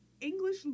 English